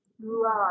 Love